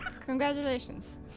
Congratulations